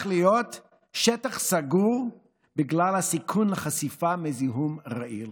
להיות שטח סגור בגלל הסיכון לחשיפה לזיהום רעיל.